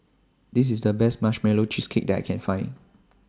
This IS The Best Marshmallow Cheesecake that I Can Find